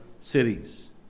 cities